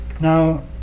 now